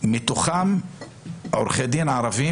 אני מכיר את התשובה שאתם תמיד מכינים: מכללות לעומת